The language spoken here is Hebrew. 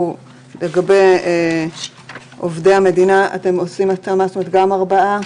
לגבי עובדי המדינה אתם עושים התאמה, גם ארבעה?